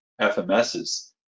FMSs